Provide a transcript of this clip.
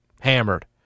hammered